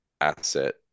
asset